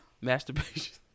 Masturbation